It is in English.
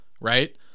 right